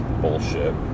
bullshit